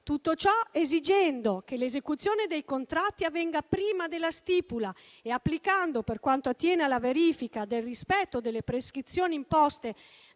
tutto ciò esigendo che l'esecuzione dei contratti avvenga prima della stipula e applicando, per quanto attiene alla verifica del rispetto delle prescrizioni imposte